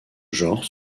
genre